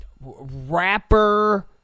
Rapper